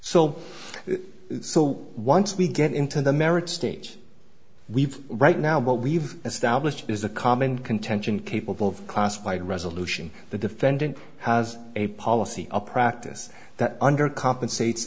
so so once we get into the merits stage we've right now what we've established is a common contention capable of classified resolution the defendant has a policy a practice that under compensates